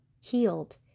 healed